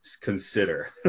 consider